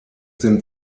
sind